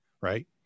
Right